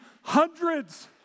hundreds